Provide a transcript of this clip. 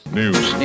news